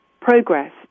progress